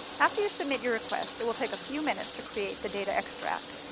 after you submit your request, it will take a few minutes to create the data extract.